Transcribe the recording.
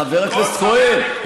חבר הכנסת כהן,